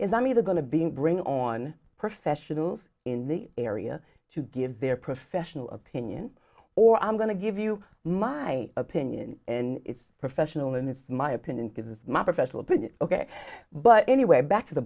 is i'm either going to being bring on professionals in the area to give their professional opinion or i'm going to give you my opinion and it's professional and it's my opinion because it's my professional opinion ok but anyway back to the